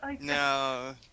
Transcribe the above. No